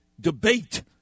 debate